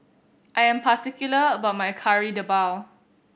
I am particular about my Kari Debal